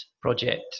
project